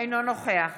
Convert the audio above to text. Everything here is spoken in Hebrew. אינו נוכח